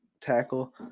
tackle